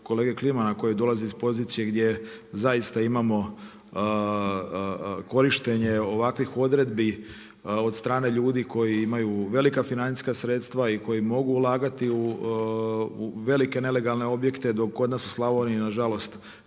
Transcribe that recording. kolege Klimana koji dolazi iz pozicije gdje zaista imamo korištenje ovakvih odredbi od strane ljudi koji imaju financijska sredstva i koji mogu ulagati u velike nelegalne objekte, dok kod nas u Slavoniji nažalost,